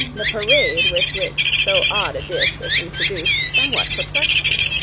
the parade with which so odd a dish was introduced somewhat perplexed me,